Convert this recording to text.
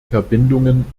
verbindungen